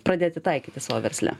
pradėti taikyti savo versle